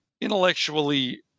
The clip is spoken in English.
intellectually